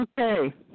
Okay